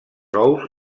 ous